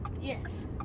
Yes